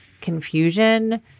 confusion